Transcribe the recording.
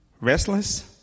Restless